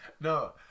No